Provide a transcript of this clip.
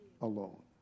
alone